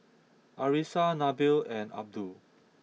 Arissa Nabil and Abdul